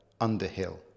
Underhill